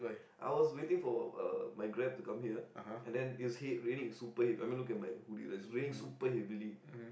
I was waiting for uh my Grab to come here and then it was heavy raining super heavy I mean look at my hoodie right it's raining super heavily